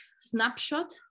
snapshot